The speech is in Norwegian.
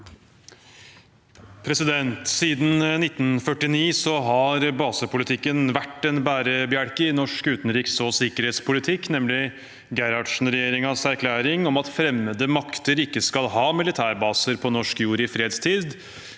Siden 1949 har ba- sepolitikken vært en bærebjelke i norsk utenriks- og sikkerhetspolitikk, nemlig Gerhardsen-regjeringens erklæring om at fremmede makter ikke skal ha militærbaser på norsk jord i fredstid.